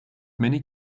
many